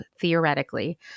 theoretically